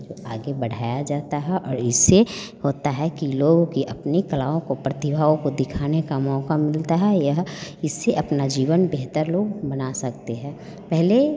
तो आगे बढ़ाया जाता है और इससे होता है कि लोगों की अपनी कलाओं को प्रतिभाओं को दिखाने का मौक़ा मिलता है यह इससे अपना जीवन बेहतर लोग बना सकते है पहले